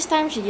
ya